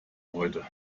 heute